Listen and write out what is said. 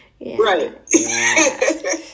right